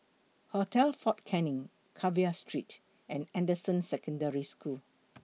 Hotel Fort Canning Carver Street and Anderson Secondary School